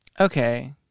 Okay